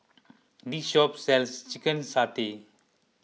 this shop sells Chicken Satay